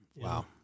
Wow